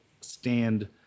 stand